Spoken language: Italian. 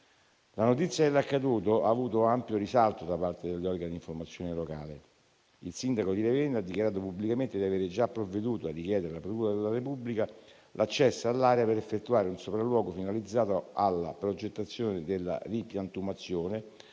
La notizia dell'accaduto ha avuto ampio risalto da parte degli organi di informazione locale. Il sindaco di Ravenna ha dichiarato pubblicamente di avere già provveduto a richiedere alla procura della Repubblica l'accesso all'area per effettuare un sopralluogo finalizzato alla progettazione della ripiantumazione,